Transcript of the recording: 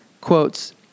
quotes